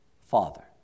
Father